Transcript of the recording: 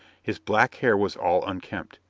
his black hair was all unkempt,